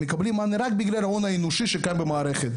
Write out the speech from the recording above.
מקבלים מענה רק בגלל ההון האנושי שקיים במערכת.